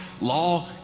Law